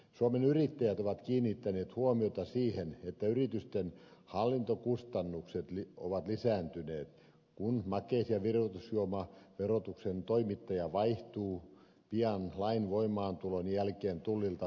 suomen yrittäjät on kiinnittänyt huomiota siihen että yritysten hallintokustannukset ovat lisääntyneet kun makeis ja virvoitusjuomaverotuksen toimittaja vaihtuu pian lain voimaantulon jälkeen tullista veroviranomaisiin